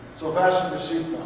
so fasten